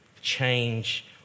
change